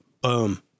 Boom